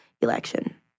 election